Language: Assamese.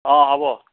অঁ হ'ব